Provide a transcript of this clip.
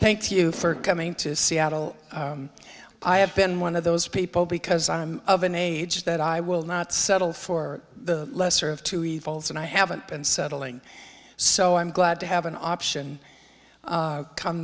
thank you for coming to seattle i have been one of those people because i'm of an age that i will not settle for the lesser of two evils and i haven't been settling so i'm glad to have an option